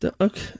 Okay